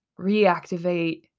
reactivate